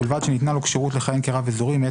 ובלבד שניתנה לו כשירות לכהן כרב אזורי מאת